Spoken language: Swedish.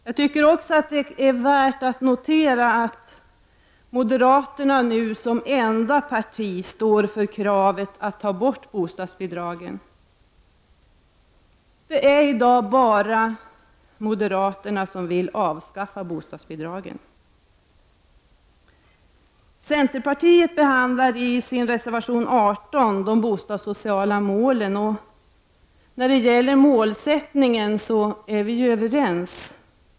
Jag tycker även att det är värt att notera att moderata samlingspartiet i dag är det enda parti som kräver att bostadsbidragen skall avskaffas. I centerreservationen 18 behandlas de bostadssociala målen. När det gäller målsättningen är vi ju överens.